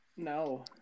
No